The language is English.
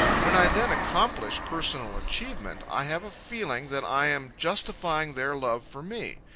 when i then accomplish personal achievement, i have a feeling that i am justifying their love for me.